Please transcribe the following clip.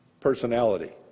personality